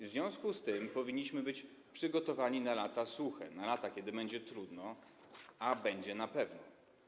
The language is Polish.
W związku z tym powinniśmy być przygotowani na lata suche, na lata, kiedy będzie trudno, a będzie na pewno.